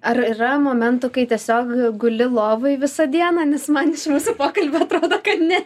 ar yra momentų kai tiesiog guli lovoj visą dieną nes man iš mūsų pokalbio pradeda kad ne